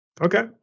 Okay